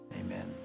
Amen